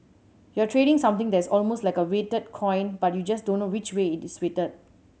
you're trading something that is almost like a weighted coin but you just don't know which way it is weighted